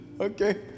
Okay